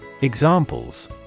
Examples